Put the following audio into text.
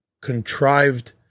contrived